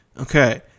Okay